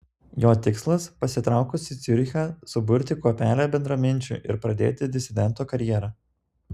jo tikslas pasitraukus į ciurichą suburti kuopelę bendraminčių ir pradėti disidento karjerą